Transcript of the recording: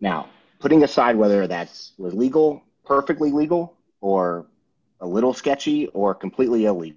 now putting aside whether that's legal perfectly legal or a little sketchy or completely